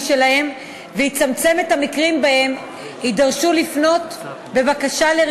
שלהם ויצמצם את המקרים שבהם הם יידרשו לפנות בבקשה לקבלת